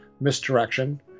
misdirection